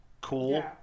cool